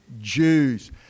Jews